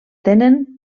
tenen